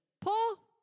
Paul